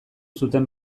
zuten